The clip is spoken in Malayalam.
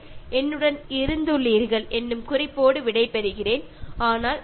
നിങ്ങൾ എന്നോടൊപ്പം കഴിഞ്ഞ 40 പാഠഭാഗങ്ങളോടൊപ്പം എട്ട് ആഴ്ചയായി ഉണ്ടായിരുന്നു